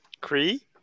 Cree